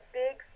big